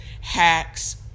Hacks